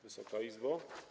Wysoka Izbo!